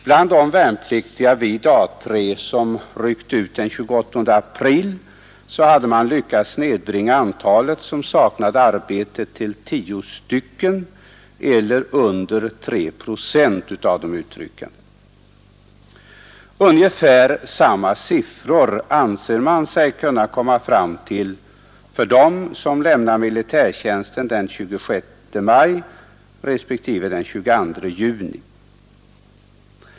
Bland de värnpliktiga vid A 3 som ryckte ut den 28 april hade man lyckats nedbringa antalet av dem som saknade arbete till 10, eller under 3 procent av de utryckande. Ungefär samma siffror anser man sig kunna komma fram till för dem som lämnar militärtjänsten den 26 maj, respektive den 22 juni.